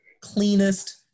Cleanest